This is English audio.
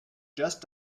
just